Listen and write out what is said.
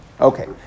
Okay